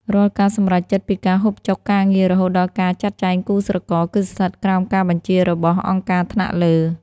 រាល់ការសម្រេចចិត្តពីការហូបចុក ការងារ រហូតដល់ការចាត់ចែងគូស្រករ គឺស្ថិតក្រោមការបញ្ជារបស់ «អង្គការថ្នាក់លើ»។